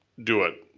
do it?